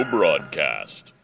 Broadcast